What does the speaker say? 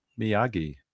Miyagi